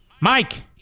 Mike